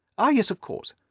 ah, yes, of course!